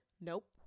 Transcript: Nope